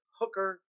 Hooker